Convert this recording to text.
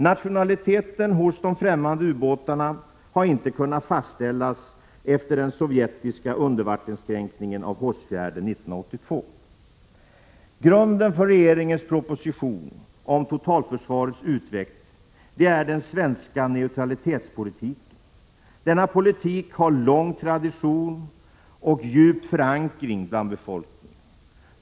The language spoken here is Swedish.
Nationaliteten hos de främmande ubåtarna har inte kunnat fastställas efter den sovjetiska under 61 Grunden för regeringens proposition om totalförsvarets utveckling är den svenska neutralitetspolitiken. Denna politik har lång tradition och är djupt förankrad bland befolkningen.